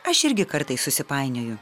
aš irgi kartais susipainioju